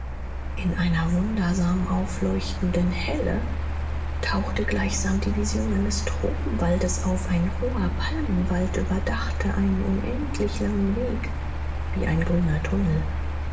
in einer wundersam aufleuchtenden helle tauchte gleichsam die vision eines tropenwaldes auf ein hoher palmenwald überdachte einen unendlich langen weg wie ein grüner tunnel